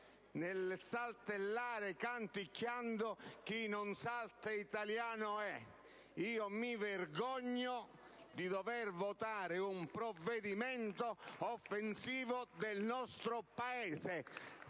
nel saltellare canticchiando «Chi non salta italiano è». Io mi vergogno di dover votare un provvedimento offensivo del nostro Paese